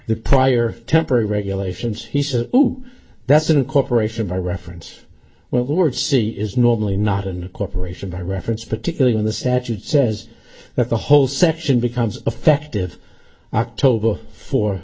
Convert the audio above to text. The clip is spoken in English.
the prior temporary regulations he said oh that's incorporation by reference well the word c is normally not in cooperation by reference particularly in the statute says that the whole section becomes effective october for